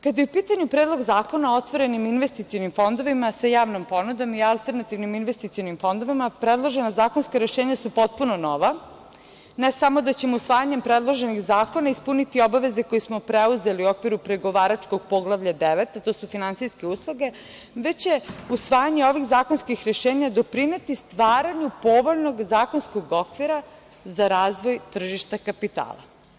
Kada je u pitanju Predlog zakona o otvorenih investicionim fondovima sa javnom ponudom i alternativnim investicionim fondovima, predloženo zakonska rešenja su potpuno, ne samo da ćemo usvajanjem predloženih zakona ispuniti obaveze koje smo preuzeli u okviru pregovaračkog Poglavlja 9, a to su finansijske usluge, već je usvajanje ovih zakonskih rešenja doprineti stvaranju povoljnog zakonskog okvira za razvoj tržišta kapitala.